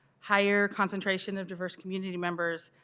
higher concentration of diverse community members,